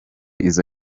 izo